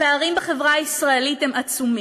הפערים בחברה הישראלית הם עצומים,